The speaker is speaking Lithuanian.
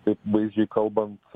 taip vaizdžiai kalbant